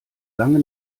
lange